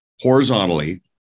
horizontally